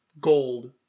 gold